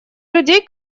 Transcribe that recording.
людей